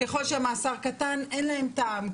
וככל שהמאסר קטן אז אין להם טעם,